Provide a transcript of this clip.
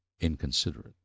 inconsiderate